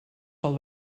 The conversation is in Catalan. pel